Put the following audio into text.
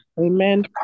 Amen